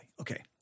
Okay